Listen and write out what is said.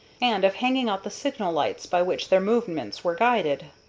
and of hanging out the signal-lights by which their movements were guided.